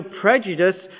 prejudice